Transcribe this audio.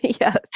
Yes